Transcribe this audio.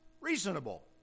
reasonable